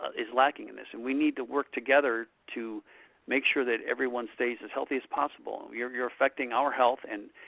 is lacking in this, and we need to work together to make sure that everyone stays as healthy as possible. you're you're affecting our health, and